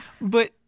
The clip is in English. but-